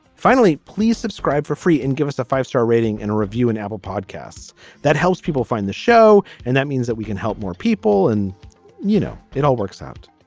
finally please subscribe for free and give us a five star rating and a review and apple podcasts that helps people find the show. and that means that we can help more people and you know it all works out.